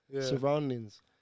surroundings